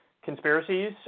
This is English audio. conspiracies